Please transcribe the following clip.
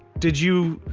did you.